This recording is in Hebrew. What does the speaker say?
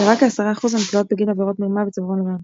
ורק כעשרה אחוז מהן כלואות בגין עבירות מרמה וצווארון לבן ...